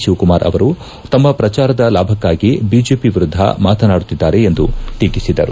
ಶಿವಕುಮಾರ್ ಅವರು ತಮ್ನ ಪ್ರಚಾರದ ಲಾಭಕಾಗಿ ಬಿಜೆಪಿ ವಿರುದ್ಧ ಮಾತನಾಡುತ್ತಿದ್ದಾರೆಂದು ಟೀಕಿಸಿದರು